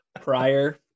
Prior